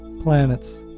planets